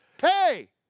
Hey